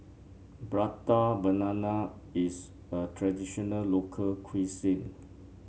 Prata Banana is a traditional local cuisine